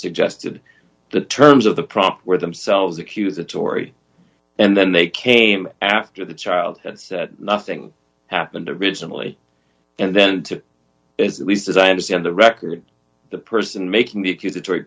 suggested the terms of the prop were themselves accusatory and then they came after the child and nothing happened originally and then to is the least as i understand the record the person making the accusatory